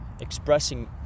expressing